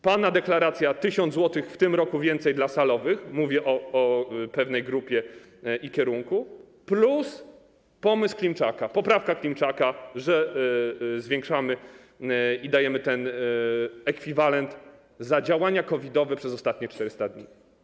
Pana deklaracja dotycząca 1 tys. zł w tym roku więcej dla salowych - mówię o pewnej grupie i kierunku - plus pomysł Klimczaka, poprawka Klimczaka, że zwiększamy i dajemy ekwiwalent za działania COVID-owe przez ostatnie 400 dni.